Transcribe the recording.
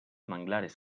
manglares